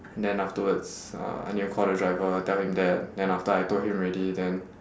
then afterwards I need to call the driver tell him that then after I told him already then